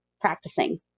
practicing